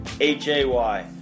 H-A-Y